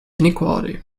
inequality